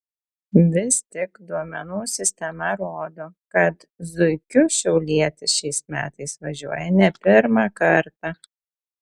vis tik duomenų sistema rodo kad zuikiu šiaulietis šiais metais važiuoja ne pirmą kartą